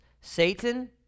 Satan